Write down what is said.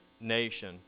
nation